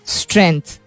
strength